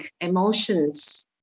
emotions